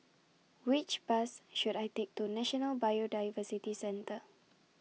Which Bus should I Take to National Biodiversity Centre